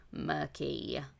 murky